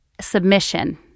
submission